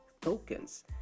tokens